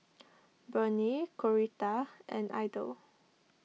Burney Coretta and Idell